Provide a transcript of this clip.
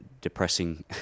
depressing